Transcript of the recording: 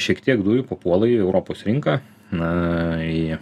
šiek tiek dujų papuola į europos rinką na į